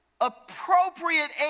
appropriate